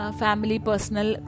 family-personal